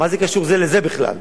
מה קשור זה לזה בכלל?